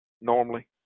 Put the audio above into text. normally